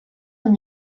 amb